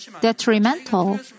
detrimental